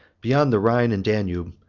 beyond the rhine and danube,